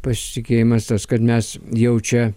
pasitikėjimas tas kad mes jau čia